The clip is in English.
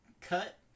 Cut